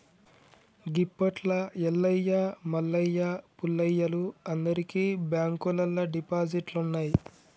గిప్పట్ల ఎల్లయ్య మల్లయ్య పుల్లయ్యలు అందరికి బాంకుల్లల్ల డిపాజిట్లున్నయ్